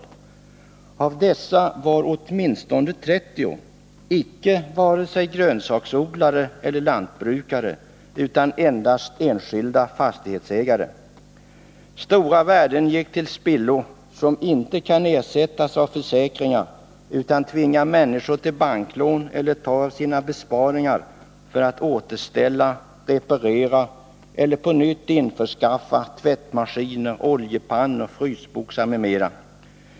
Av ägarna till dessa fastigheter var åtminstone 30 varken grönsaksodlare eller lantbrukare utan endast enskilda fastighetsägare. Stora värden gick till spillo, som inte kan ersättas genom försäkringar. Människor tvingas att ta banklån eller att ta av sina besparingar för att återställa, reparera eller på nytt införskaffa tvättmaskiner, oljepannor, frysboxar m.m.